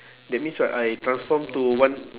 that means what I transform to one